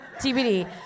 TBD